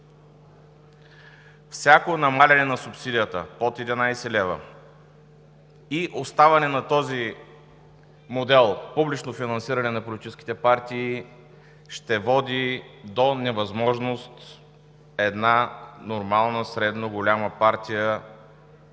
Всяко намаляване на субсидията под 11 лв. и оставане на този модел – публично финансиране на политическите партии, ще води до невъзможност една нормална, средно голяма партия